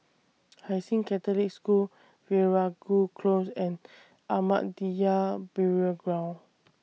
Hai Sing Catholic School Veeragoo Close and Ahmadiyya Burial Ground